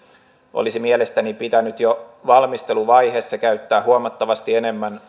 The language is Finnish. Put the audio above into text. olisi mielestäni pitänyt jo valmisteluvaiheessa käyttää huomattavasti enemmän